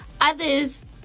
others